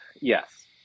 yes